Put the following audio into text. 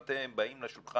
עם אילו כלים אתם באים לשולחן?